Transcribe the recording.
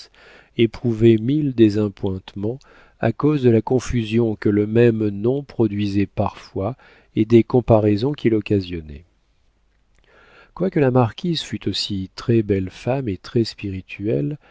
éprouvait mille désappointements à cause de la confusion que le même nom produisait parfois et des comparaisons qu'il occasionnait quoique la marquise fût aussi très belle femme et